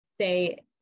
say